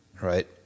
right